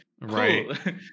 Right